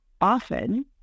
often